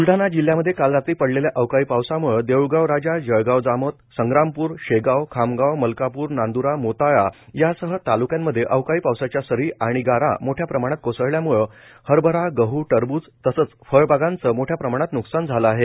ब्लडाणा जिल्ह्यामध्ये काल रात्री पडलेल्या अवकाळी पावसाम्ळे देऊळगाव राजा जळगाव जामोद संग्रामपूर शेगाव खामगाव मलकापुर नांद्रा मोताळा यासह तालुक्यांमध्ये अवकाळी पावसाच्या सरी आणी गारा मोठ़या प्रमाणात कोसळल्यामुळं हरभरा गहू टरबूज तसंच फळबागांचं मोठ्या प्रमाणात न्कसान झालं आहे